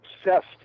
obsessed